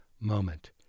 Moment